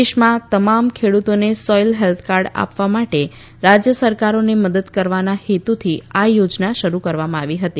દેશમાં તમામ ખેડુતોને સોઇલ હેલ્થ કાર્ડ આપવા માટે રાજય સરકારોને મદદ કરવાના હેતુથી આ યોજના શરૂ કરવામાં આવી હતી